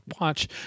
watch